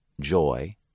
joy